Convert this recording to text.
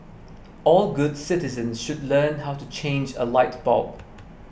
all good citizens should learn how to change a light bulb